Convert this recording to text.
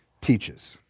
teaches